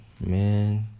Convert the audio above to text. man